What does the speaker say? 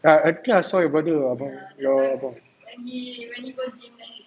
ya I think I saw your brother ah your abang